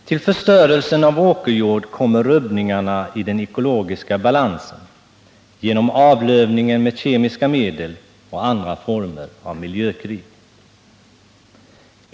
Till förstörelsen av åkerjord kommer rubbningarna i den ekologiska balansen genom avlövningen med kemiska medel och genom andra former av miljökrig.